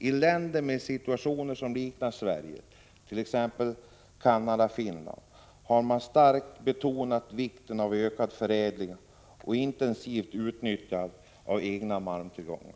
I länder med en situation liknande Sveriges, t.ex. Canada och Finland, har man starkt betonat vikten av ökad förädling och intensivt utnyttjande av egna malmtillgångar.